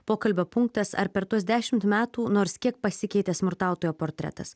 pokalbio punktas ar per tuos dešimt metų nors kiek pasikeitė smurtautojo portretas